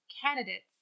Candidates